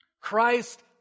Christ